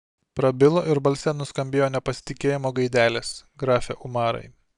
prabilo ir balse nuskambėjo nepasitikėjimo gaidelės grafe umarai